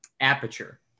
Aperture